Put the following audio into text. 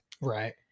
Right